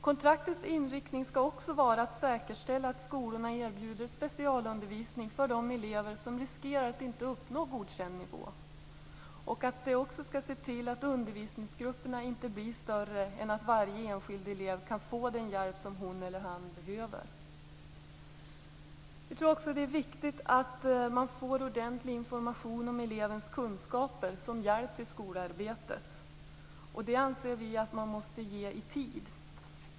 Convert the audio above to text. Kontraktets inriktning skall också vara att säkerställa att skolorna erbjuder specialundervisning för de elever som riskerar att inte uppnå godkänd nivå och att se till att undervisningsgrupperna inte blir större än att varje enskild elev kan få den hjälp som hon eller han behöver. Vi tror också att det är viktigt att man får ordentlig information om elevens kunskaper som hjälp i skolarbetet. Det anser vi att man måste ge i tid.